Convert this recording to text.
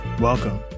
Welcome